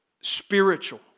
spiritual